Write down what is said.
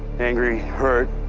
angry, hurt,